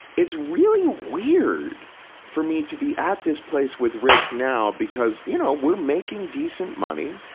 it's really weird for me to be at this place with risk! now because, you know, we're making decent money.